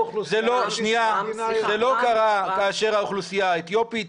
זה לא קרה כאשר האוכלוסייה האתיופית